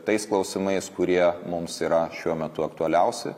tais klausimais kurie mums yra šiuo metu aktualiausi